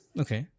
okay